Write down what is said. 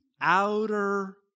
outer